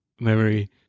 memory